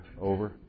over